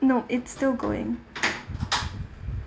no it's still going